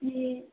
ए